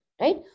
Right